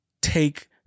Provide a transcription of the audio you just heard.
take